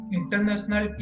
international